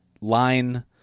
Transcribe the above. line